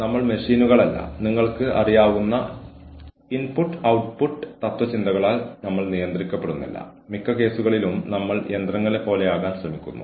ഓർഗനൈസേഷന് വളരെ നല്ല ഓറിയന്റേഷൻ പ്രോഗ്രാമുകളും മികച്ച റീ ട്രെയിനിംഗ് പ്രോഗ്രാമുകളും ഉണ്ടായിരിക്കുന്നത് മൂല്യവത്തായ നിക്ഷേപമാണ്